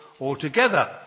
altogether